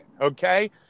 okay